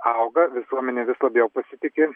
auga visuomenė vis labiau pasitiki